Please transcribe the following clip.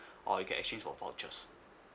or you can exchange for vouchers